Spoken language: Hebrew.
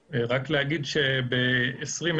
ב-2020,